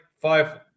five